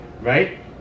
right